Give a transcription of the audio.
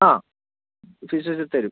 ആ fees receipt തരും